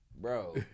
bro